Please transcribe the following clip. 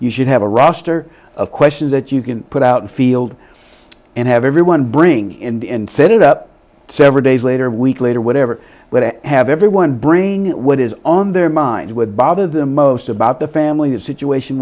you should have a roster of questions that you can put out the field and have everyone bring in set it up several days later weeks later whatever where have everyone bring what is on their mind would bother them most about the family the situation